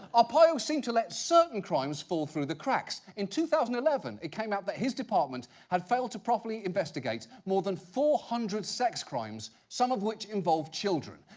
arpaio seemed to let certain crimes fall through the cracks. in two thousand and eleven, it came out that his department had failed to properly investigate more than four hundred sex-crimes, some of which involved children.